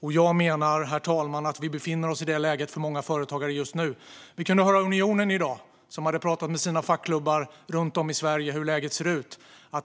Jag menar, herr talman, att många företagare just nu befinner sig i detta läge. I dag kunde vi höra Unionen uttala sig. De hade talat med sina fackklubbar runt om i Sverige om hur läget ser ut.